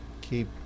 keep